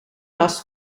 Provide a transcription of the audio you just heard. last